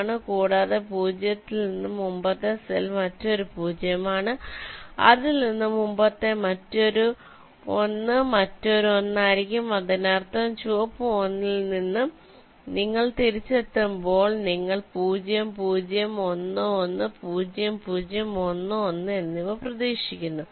ആണ് കൂടാതെ 0 ൽ നിന്ന് മുമ്പത്തെ സെൽ മറ്റൊരു 0 ആണ് അതിൽ നിന്ന് മുമ്പത്തെത് മറ്റൊരു 1 മറ്റൊരു 1 ആയിരിക്കും അതിനർത്ഥം ചുവപ്പ് 1 ൽ നിന്ന് നിങ്ങൾ തിരിച്ചെത്തുമ്പോൾ നിങ്ങൾ 0 0 1 1 0 0 1 1 എന്നിവ പ്രതീക്ഷിക്കുന്നു